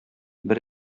бер